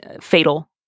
fatal